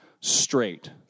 straight